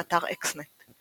באתר Xnet,